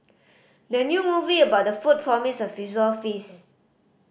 the new movie about food promises a visual feast